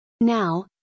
Now